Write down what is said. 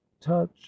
touch